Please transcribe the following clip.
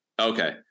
Okay